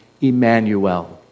Emmanuel